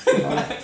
很难啊